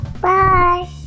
Bye